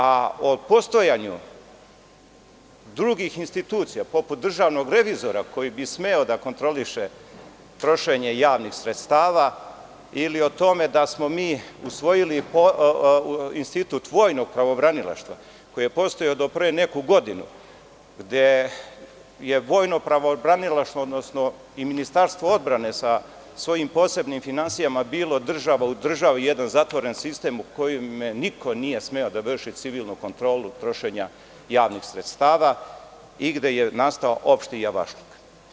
A o postojanju drugih institucija, poput državnog revizora koji bi smeo da kontroliše trošenje javnih sredstava ili o tome da smo mi usvojili institut vojnog pravobranilaštva koji je postojao do pre neku godinu, gde je vojno pravobranilaštvo odnosno i Ministarstvo odbrane sa svojim posebnim finansijama bilo država u državi, jedan zatvoreni sistem u kojem niko nije smeo da vrši civilnu kontrolu trošenja javnih sredstava i gde je nastao opšti javašluk.